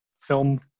film